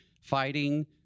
fighting